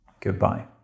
Goodbye